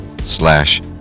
slash